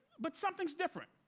but something's different.